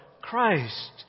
Christ